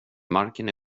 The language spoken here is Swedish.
marken